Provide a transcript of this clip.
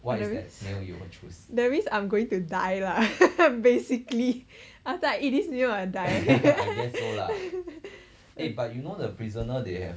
that means that means I'm going to die lah basically after I eat this meal I die